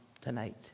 tonight